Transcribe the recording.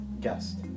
guest